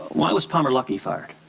why was parma lucky fired.